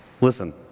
Listen